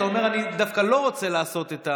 אתה אומר: אני דווקא לא רוצה לעשות,